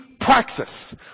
praxis